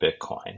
bitcoin